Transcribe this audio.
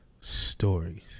stories